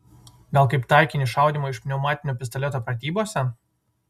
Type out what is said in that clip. gal kaip taikinį šaudymo iš pneumatinio pistoleto pratybose